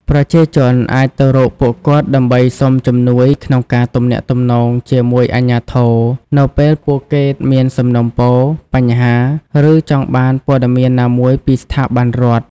ប្រជាជនអាចទៅរកពួកគាត់ដើម្បីសុំជំនួយក្នុងការទំនាក់ទំនងជាមួយអាជ្ញាធរ នៅពេលពួកគេមានសំណូមពរ បញ្ហា ឬចង់បានព័ត៌មានណាមួយពីស្ថាប័នរដ្ឋ។